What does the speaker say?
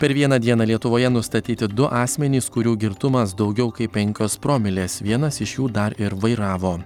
per vieną dieną lietuvoje nustatyti du asmenys kurių girtumas daugiau kaip penkios promilės vienas iš jų dar ir vairavo